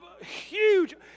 huge